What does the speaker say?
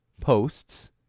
posts